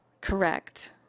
correct